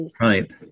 Right